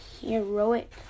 heroic